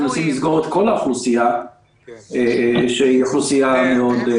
אנחנו מנסים לסגור את כל האוכלוסייה שהיא אוכלוסייה מאוד צפופה.